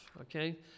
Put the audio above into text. okay